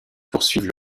poursuivent